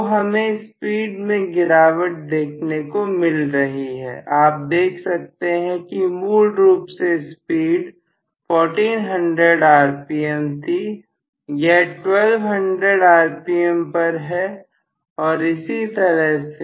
तो हमें स्पीड में गिरावट देखने को मिल रही है आप देख सकते हैं कि मूल रूप से स्पीड 1400rpm थी यह 1200 rpm पर है और इसी तरह से